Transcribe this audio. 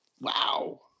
wow